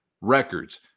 records